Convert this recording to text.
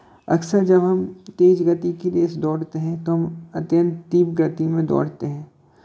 अक्सर जब हम तेज़ गति की रेस दौड़ते हैं तो हम अत्यंत तीव्र गति में दौड़ते हैं